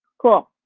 cool.